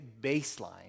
baseline